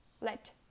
let